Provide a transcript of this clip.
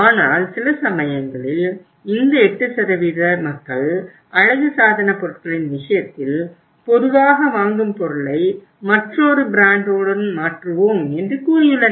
ஆனால் சில சமயங்களில் இந்த 8 மக்கள் அழகுசாதனப் பொருட்களின் விஷயத்தில் பொதுவாக வாங்கும் பொருளை மற்றொரு பிராண்டோடு மாற்றுவோம் என்று கூறியுள்ளனர்